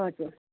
हजुर